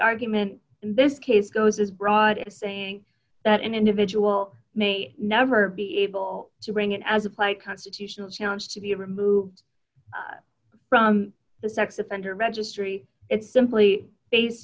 argument in this case goes as broad as saying that an individual may never be able to bring in as applied constitutional challenge to be removed from the sex offender registry it's simply based